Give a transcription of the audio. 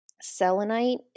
selenite